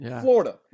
Florida